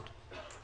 הוא לבד.